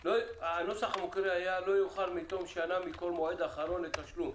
הנוסח המקורי היה "לא יאוחר מתום שנה מכל מועד אחרון לתשלום".